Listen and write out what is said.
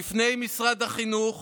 בפני משרד החינוך